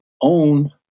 own